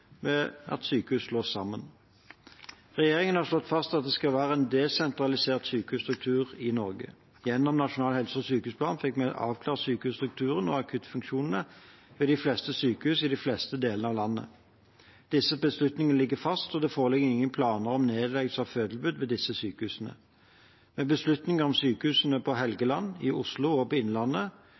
ved de fleste sykehus i de fleste delene av landet. Disse beslutningene ligger fast, og det foreligger ingen planer om nedleggelse av fødetilbud ved disse sykehusene. Med beslutninger om sykehusene på Helgeland, i Oslo og på Innlandet